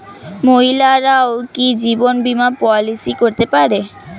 মহিলারাও কি জীবন বীমা পলিসি করতে পারে?